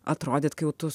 atrodyt kai jau tu